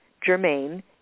Germain